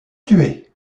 tué